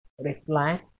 reply